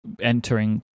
entering